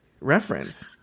reference